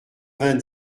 vingt